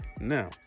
Now